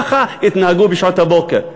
ככה התנהגו בשעות הבוקר,